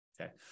Okay